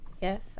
Yes